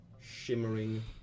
shimmering